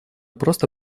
просто